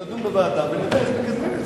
נדון בוועדה ונראה איך מקדמים את זה.